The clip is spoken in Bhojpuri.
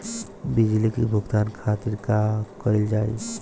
बिजली के भुगतान खातिर का कइल जाइ?